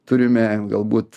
turime galbūt